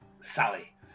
Sally